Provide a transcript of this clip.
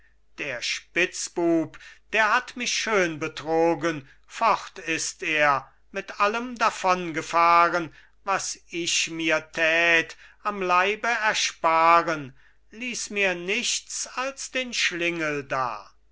der spitzbub der hat mich schön betrogen fort ist er mit allem davon gefahren was ich mir tät am leibe ersparen ließ mir nichts als den schlingel da